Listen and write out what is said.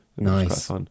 Nice